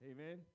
Amen